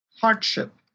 hardship